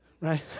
right